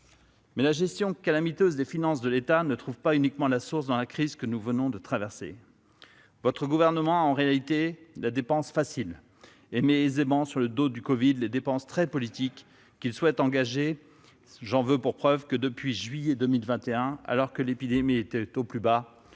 Mais la gestion calamiteuse des finances de l'État ne trouve pas uniquement sa source dans la crise que nous venons de traverser. En réalité, votre gouvernement a la dépense facile et met aisément sur le dos du covid-19 les dépenses très politiques qu'il souhaite engager. J'en veux pour preuve que, depuis juillet 2021, alors que l'épidémie était au plus bas,